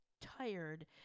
tired